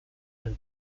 and